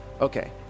Okay